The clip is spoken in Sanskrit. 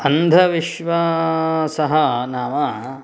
अन्धविश्वासः नाम